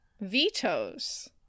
vetoes